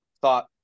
thought